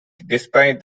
despite